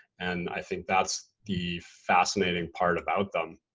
and i think that's the fascinating part about them,